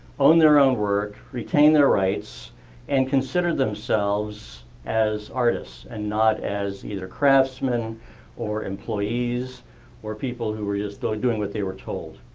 own their work, retain their rights and consider themselves as artists and not as either craftsmen or employees or people who were just doing doing what they were told.